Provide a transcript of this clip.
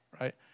right